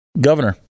governor